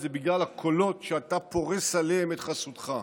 זה בגלל הקולות שאתה פורס עליהם את חסותך.